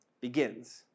begins